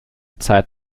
zeit